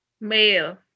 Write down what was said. Male